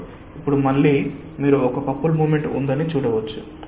కాబట్టి ఇప్పుడు మళ్ళీ మీరు ఒక కపుల్ మోమెంట్ ఉందని చూడవచ్చు